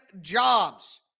Jobs